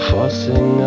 Forcing